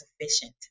sufficient